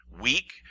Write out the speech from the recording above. weak